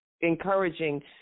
encouraging